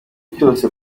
cyose